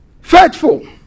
Faithful